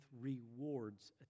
rewards